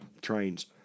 trains